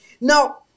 Now